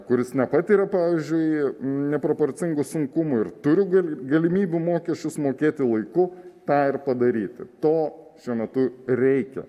kuris nepatiria pavyzdžiui neproporcingų sunkumų ir turi galimybių mokesčius mokėti laiku tą ir padaryti to šiuo metu reikia